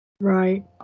Right